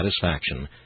satisfaction